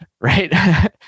right